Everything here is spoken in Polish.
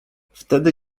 wtedy